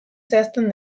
zehazten